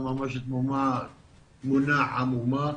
תמונה עמומה,